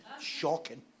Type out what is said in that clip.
Shocking